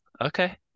Okay